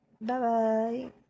Bye-bye